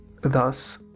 Thus